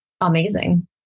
amazing